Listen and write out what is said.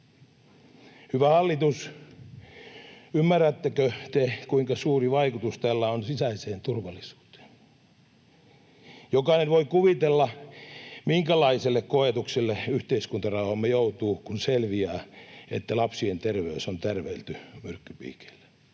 Hyvä hallitus, ymmärrättekö te, kuinka suuri vaikutus tällä on sisäiseen turvallisuuteen? Jokainen voi kuvitella, minkälaiselle koetukselle yhteiskuntarauhamme joutuu, kun selviää, että lapsien terveys on tärvelty myrkkypiikeillä.